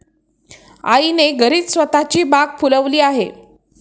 आईने घरीच स्वतःची बाग फुलवली आहे